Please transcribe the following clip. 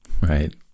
right